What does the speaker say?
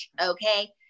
okay